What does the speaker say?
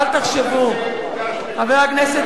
חבר הכנסת